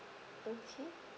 okay